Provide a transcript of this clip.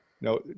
No